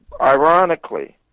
ironically